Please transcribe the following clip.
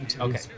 Okay